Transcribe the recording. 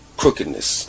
crookedness